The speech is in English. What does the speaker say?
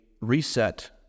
reset